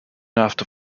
after